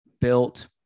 built